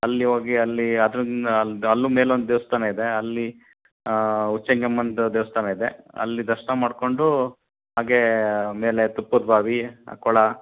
ಅಲ್ಲಿ ಹೋಗಿ ಅಲ್ಲಿ ಅದನ್ನ ಅಲ್ದ್ ಅಲ್ಲು ಮೇಲೊಂದು ದೇವಸ್ಥಾನ ಇದೆ ಅಲ್ಲಿ ಚಂಗಮ್ಮಂದು ದೇವಸ್ಥಾನ ಇದೆ ಅಲ್ಲಿ ದರ್ಶನ ಮಾಡ್ಕೊಂಡು ಹಾಗೇ ಮೇಲೆ ತುಪ್ಪದ ಬಾವಿ ಕೊಳ